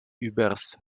übers